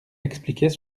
expliquait